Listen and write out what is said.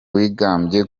wigambye